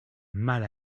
mal